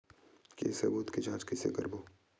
के सबूत के जांच कइसे करबो?